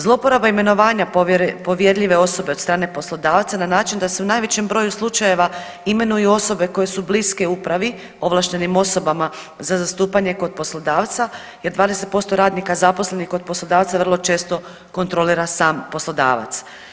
Zlouporaba imenovanja povjerljive osobe od strane poslodavca na način da se u najvećem broju slučajeva imenuju osobe koje su bliske upravi, ovlaštenim osobama za zastupanje kod poslodavca jer 20% radnika zaposlenik kod poslodavca vrlo često kontrolira sam poslodavac.